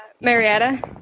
Marietta